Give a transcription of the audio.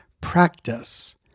practice